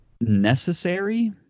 necessary